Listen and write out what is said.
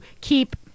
keep